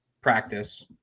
practice